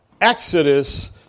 exodus